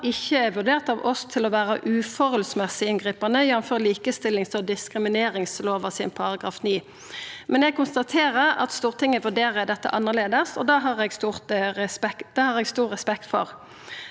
ikkje er vurdert av oss til å vera uforholdsmessig inngripande, jf. likestillings- og diskrimineringslova § 9, men eg konstaterer at Stortinget vurderer dette annleis, og det har eg stor respekt for.